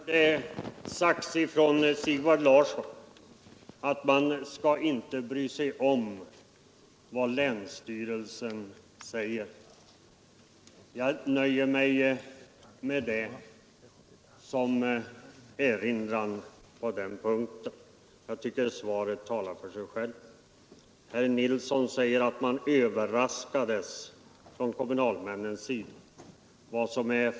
Fru talman! Här har herr Sigvard Larsson sagt att man inte skall bry sig om vad länsstyrelsen säger. Jag nöjer mig med det som erinran på den punkten. Jag tycker svaret talar för sig självt. Herr Nilsson säger att kommunalmännen blev överraskade.